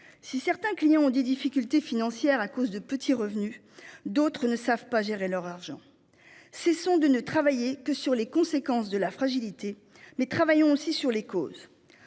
Si certains clients ont des difficultés financières à cause de petits revenus. D'autres ne savent pas gérer leur argent. Cessons de ne travailler que sur les conséquences de la fragilité mais travaillons aussi sur les causes